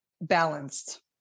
balanced